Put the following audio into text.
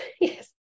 yes